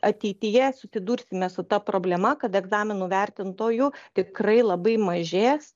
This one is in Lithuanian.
ateityje susidursime su ta problema kad egzaminų vertintojų tikrai labai mažės